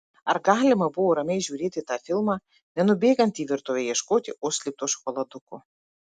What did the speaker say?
ar galima buvo ramiai žiūrėti tą filmą nenubėgant į virtuvę ieškoti užslėpto šokoladuko